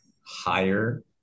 higher